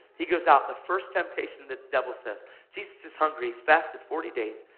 he goes out. the first temptation the devil says jesus is hungry. he's fasted forty days.